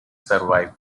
survived